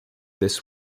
this